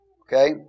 Okay